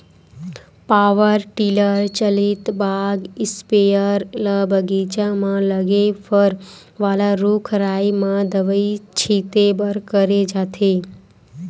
power tiller चलित बाग sprayer ल बगीचा म लगे फर वाला रूख राई म दवई छिते बर करे जाथे